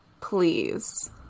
please